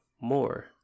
more